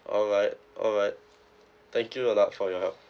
alright alright thank you a lot for your help